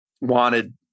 wanted